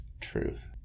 truth